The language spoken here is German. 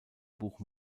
buch